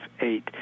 eight